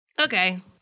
Okay